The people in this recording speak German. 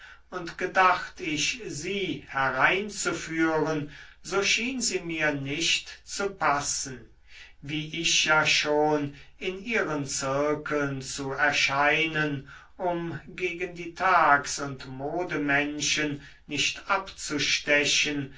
und gedacht ich sie hereinzuführen so schien sie mir nicht zu passen wie ich ja schon in ihren zirkeln zu erscheinen um gegen die tags und modemenschen nicht abzustechen